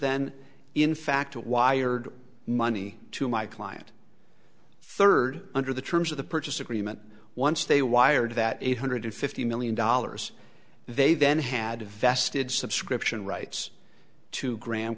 then in fact wired money to my client third under the terms of the purchase agreement once they wired that eight hundred fifty million dollars they then had a vested subscription rights to gra